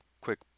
quick